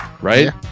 right